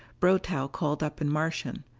brotow called up in martian,